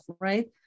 right